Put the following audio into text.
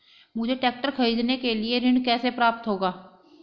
मुझे ट्रैक्टर खरीदने के लिए ऋण कैसे प्राप्त होगा?